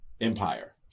empire